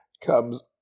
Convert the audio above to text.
comes